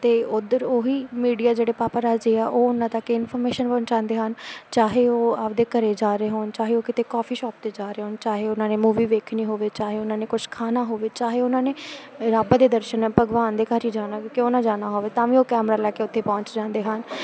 ਅਤੇ ਉੱਧਰ ਉਹੀ ਮੀਡੀਆ ਜਿਹੜੇ ਪਾਪਾਰਾਜ਼ੀ ਆ ਉਹ ਉਹਨਾਂ ਤੱਕ ਇਨਫੋਰਮੇਸ਼ਨ ਪਹੁੰਚਾਉਂਦੇ ਹਨ ਚਾਹੇ ਉਹ ਆਪਦੇ ਘਰ ਜਾ ਰਹੇ ਹੋਣ ਚਾਹੇ ਉਹ ਕਿਤੇ ਕੋਫੀ ਸ਼ੋਪ 'ਤੇ ਜਾ ਰਹੇ ਹੋਣ ਚਾਹੇ ਉਹਨਾਂ ਨੇ ਮੂਵੀ ਵੇਖਣੀ ਹੋਵੇ ਚਾਹੇ ਉਹਨਾਂ ਨੇ ਕੁਛ ਖਾਣਾ ਹੋਵੇ ਚਾਹੇ ਉਹਨਾਂ ਨੇ ਰੱਬ ਦੇ ਦਰਸ਼ਨ ਭਗਵਾਨ ਦੇ ਘਰ ਹੀ ਜਾਣਾ ਕਿਉਂ ਨਾ ਜਾਣਾ ਹੋਵੇ ਤਾਂ ਵੀ ਉਹ ਕੈਮਰਾ ਲੈ ਕੇ ਉੱਥੇ ਪਹੁੰਚ ਜਾਂਦੇ ਹਨ